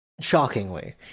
Shockingly